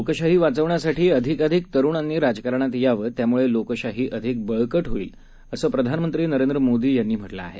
लोकशाही वाचवण्यासाठी अधिकाधिक तरुणांनी राजकारणात यावं यामुळे लोकशाही अधिक बळकट होईल असं प्रधानमंत्री नरेंद्र मोदी यांनी म्हटलं आहे